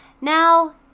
now